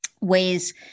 ways